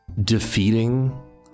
defeating